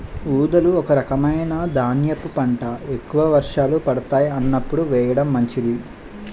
ఊదలు ఒక రకమైన ధాన్యపు పంట, ఎక్కువ వర్షాలు పడతాయి అన్నప్పుడు వేయడం మంచిది